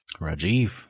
Rajiv